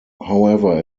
however